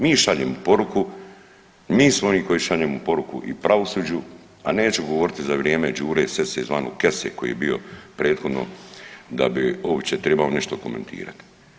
Mi šaljemo poruku, mi smo oni koji šaljemo poruku i pravosuđu a neću govoriti za vrijeme Đure Sese zvanog Kese koji je bio prethodno da bi uopće tribao nešto komentirati.